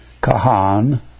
kahan